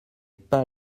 pas